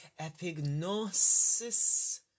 epignosis